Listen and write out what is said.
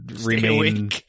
remain